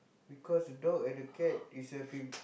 because a dog and a cat is a